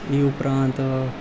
એ ઉપરાંત